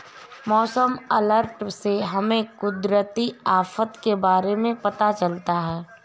मौसम अलर्ट से हमें कुदरती आफत के बारे में पता चलता है